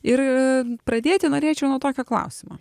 ir pradėti norėčiau nuo tokio klausimo